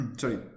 sorry